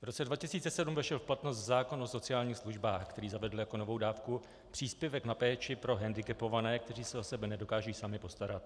v roce 2007 vešel v platnost zákon o sociálních službách, který zavedl jako novou dávku příspěvek na péči pro hendikepované, kteří se o sebe nedokážou sami postarat.